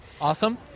Awesome